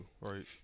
Right